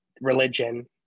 religion